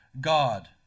God